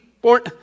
born